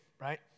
right